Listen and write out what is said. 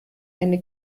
eine